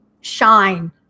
shine